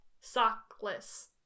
Sockless